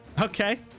Okay